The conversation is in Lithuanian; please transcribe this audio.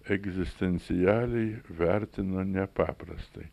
egzistencialiai vertina nepaprastai